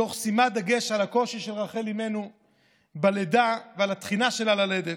תוך שימת דגש על הקושי של רחל אימנו בלידה ועל התחינה שלה ללדת.